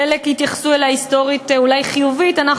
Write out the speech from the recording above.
חלק יתייחסו אליה כהיסטורית חיובית אולי,